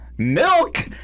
Milk